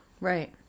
Right